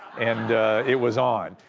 and it was on.